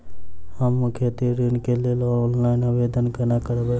हम खेती ऋण केँ लेल ऑनलाइन आवेदन कोना करबै?